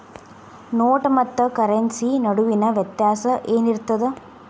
ನೋಟ ಮತ್ತ ಕರೆನ್ಸಿ ನಡುವಿನ ವ್ಯತ್ಯಾಸ ಏನಿರ್ತದ?